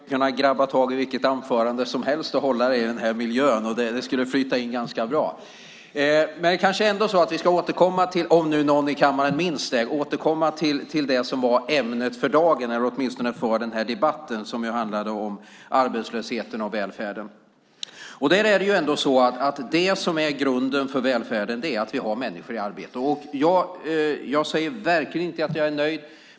Herr talman! Det känns som om jag skulle kunna grabba tag i vilket anförande som helst och hålla det i denna miljö, och det skulle flyta in ganska bra. Vi ska kanske ändå återkomma till det som är ämnet för denna debatt, om någon i kammaren minns det, nämligen arbetslösheten och välfärden. Det som är grunden för välfärden är att vi har människor i arbete. Jag säger verkligen inte att jag är nöjd.